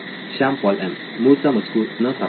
Shyam Paul M मूळचा मजकूर न सापडणे